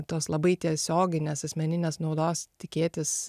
tos labai tiesioginės asmeninės naudos tikėtis